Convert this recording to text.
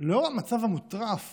לנוכח המצב המוטרף